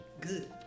Good